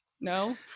No